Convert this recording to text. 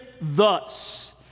thus